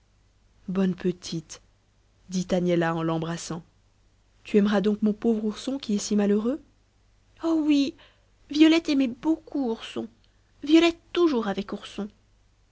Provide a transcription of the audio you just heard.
bonne petite dit agnella en l'embrassant tu aimeras donc mon pauvre ourson qui est si malheureux oh oui violette aimer beaucoup ourson violette toujours avec ourson